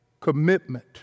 commitment